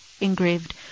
Engraved